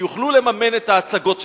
שיוכלו לממן את ההצגות שלהם.